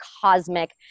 cosmic